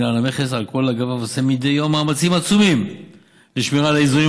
מינהל המכס על כל אגפיו עושה מדי יום מאמצים עצומים לשמירה על האיזונים